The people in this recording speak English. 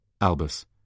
Albus